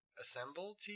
assemble